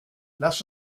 lasst